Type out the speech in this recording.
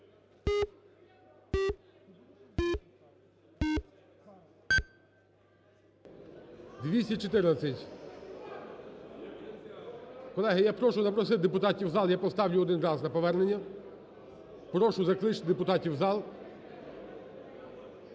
За-214 Колеги, я прошу запросити депутатів в зал. Я поставлю один раз на повернення. Прошу закличте депутатів в зал.